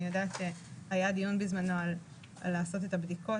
אני יודעת שהיה בזמנו דיון על עשיית הבדיקות,